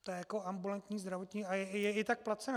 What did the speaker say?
To je ambulantní zdravotní a je i tak placena.